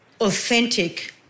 authentic